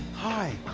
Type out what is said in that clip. hi.